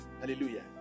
Hallelujah